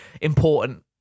important